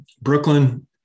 Brooklyn